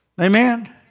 Amen